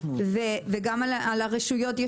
גם על הרשויות,